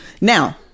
now